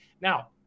Now